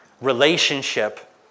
relationship